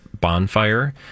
bonfire